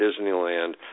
Disneyland